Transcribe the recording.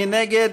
מי נגד?